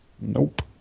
Nope